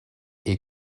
est